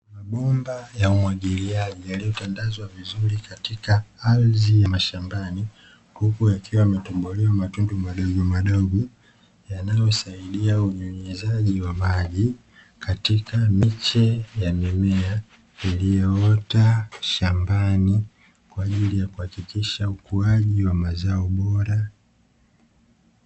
Mabomba ya umwagiliaji yaliyotandazwa vizuri katika ardhi ya mashambani, huku yakiwa yametobolewa matundu madogo madogo yanayosaidia unyunyizaji wa maji katika miche ya mimea iliyoota kwa ajili ya kuhakikisha ukuaji wa mazao bora.